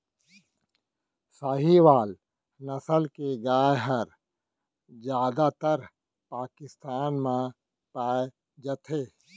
साहीवाल नसल के गाय हर जादातर पाकिस्तान म पाए जाथे